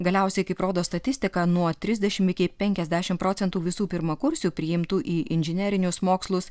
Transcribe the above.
galiausiai kaip rodo statistika nuo trisdešim iki penkiasdešim procentų visų pirmakursių priimtų į inžinerinius mokslus